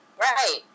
right